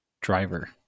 driver